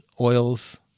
oils